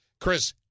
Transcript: Chris